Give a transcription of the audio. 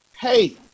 Hey